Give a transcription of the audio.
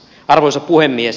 arvoisa puhemies